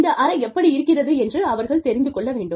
இந்த அறை எப்படி இருக்கிறது என்று அவர்கள் தெரிந்து கொள்ள வேண்டும்